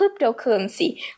cryptocurrency